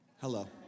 Hello